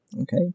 Okay